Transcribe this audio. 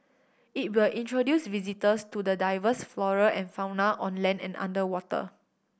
it will introduce visitors to the diverse flora and fauna on land and underwater